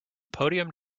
podium